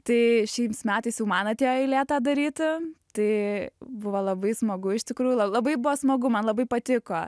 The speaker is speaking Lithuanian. tai šiais metais jau man atėjo eilė tą daryti tai buvo labai smagu iš tikrųjų la labai buvo smagu man labai patiko